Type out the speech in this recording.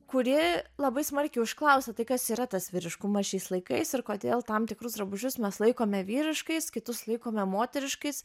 kuri labai smarkiai užklausia tai kas yra tas vyriškumas šiais laikais ir kodėl tam tikrus drabužius mes laikome vyriškais kitus laikome moteriškais